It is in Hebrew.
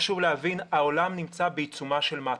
חשוב להבין שהעולם נמצא בעיצומה של מהפכה.